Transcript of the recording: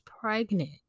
pregnant